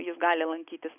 jis gali lankytis